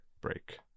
break